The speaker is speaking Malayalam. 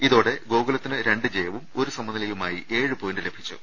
ഇതോടെ ഗോകുലത്തിന് രണ്ട് ജയവും ഒരു സമനിലയുമായി ഏഴ് പോയിന്റ് ലഭിച്ചു